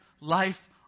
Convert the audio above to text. life